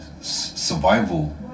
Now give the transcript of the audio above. survival